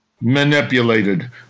manipulated